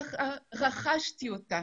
כך רכשתי אותה.